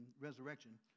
resurrection